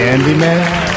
Candyman